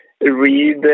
read